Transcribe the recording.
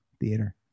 Theater